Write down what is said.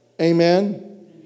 Amen